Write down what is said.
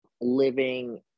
living